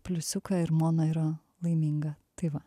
pliusiuką ir mona yra laiminga tai va